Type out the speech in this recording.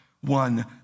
one